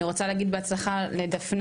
אני רוצה להגיד בהצלחה לדפנה,